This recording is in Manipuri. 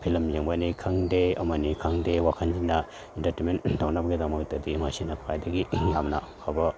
ꯐꯤꯂꯝ ꯌꯦꯡꯕꯅꯤ ꯈꯪꯗꯦ ꯑꯃꯅꯤ ꯈꯪꯗꯦ ꯋꯥꯈꯟꯁꯤꯅ ꯏꯟꯇꯔꯇꯦꯟꯃꯦꯟ ꯇꯧꯅꯕꯒꯤꯗꯃꯛꯇꯗꯤ ꯃꯁꯤꯅ ꯈ꯭ꯋꯥꯏꯗꯒꯤ ꯌꯥꯝꯅ ꯐꯕ